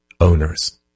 owners